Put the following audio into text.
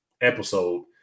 episode